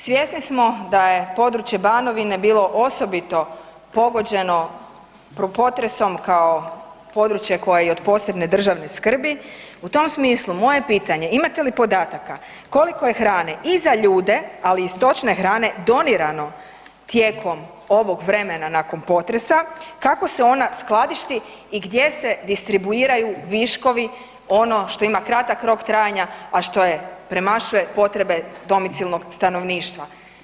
Svjesni smo da je područje Banovine bilo osobito pogođeno potresom kao područje koje je i od posebne državne skrbi, u tom smislu moje je pitanje imate li podataka koliko je hrane i za ljude, ali i stočne hrane donirano tijekom ovog vremena nakon potresa, kako se ona skladišti i gdje se distribuiraju viškovi ono što ima kratak rok trajanja, a što premašuje potrebe domicilnog stanovništva?